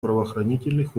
правоохранительных